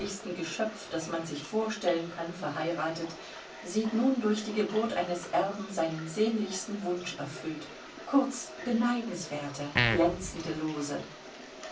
geschöpft das man sich vorstellen kann verheiratet sieht nur durch die geburt eines erben seinen sehnlichsten wunsch erfüllt kurz beneidenswerte glänzende lose